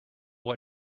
what